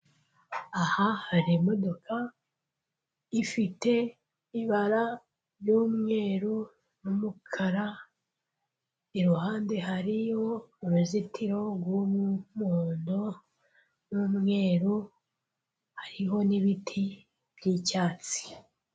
Aha hari imodoka ifite ibara ry'umweru n'umukara, iruhande hariyo uruzitiro rw'umuhondo n'umweru, hariho n'ibiti by'icyatsi.